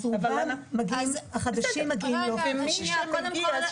החדשים מגיעים לא מחוסנים.